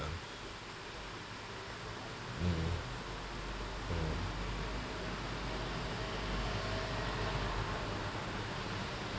hmm hmm